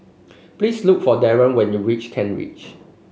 please look for Daron when you reach Kent Ridge